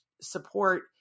support